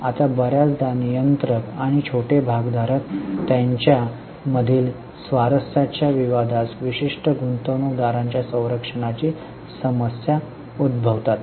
आता बर्याचदा नियंत्रक आणि छोटे भागधारक यांच्या मधील स्वारस्याच्या विवादास विशिष्ट गुंतवणूकदारांच्या संरक्षणाची समस्या उद्भवतात